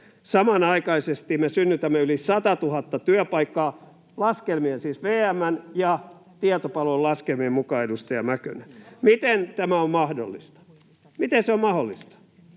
Samanaikaisesti me synnytämme yli 100 000 työpaikkaa laskelmien mukaan — siis VM:n ja tietopalvelun laskelmien, edustaja Mäkynen. — Miten tämä on mahdollista? Miten se on mahdollista?